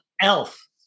Elf